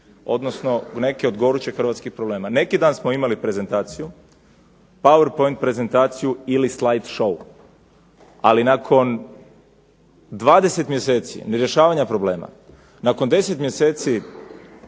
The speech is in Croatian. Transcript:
odnosno u neke od gorućih hrvatskih problema. Neki dan smo imali prezentaciju, powerpoint prezentaciju ili slide show, ali nakon 20 mjeseci nerješavanja problema, nakon 10 mjeseci